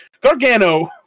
Gargano